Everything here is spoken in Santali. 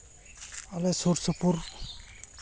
ᱟᱞᱮ ᱥᱩᱨᱼᱥᱩᱯᱩᱨ